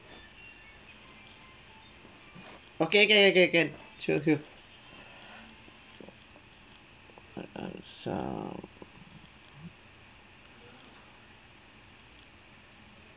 okay okay okay okay can sure sure I I sound